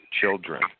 children